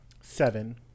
Seven